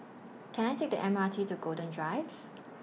Can I Take The M R T to Golden Drive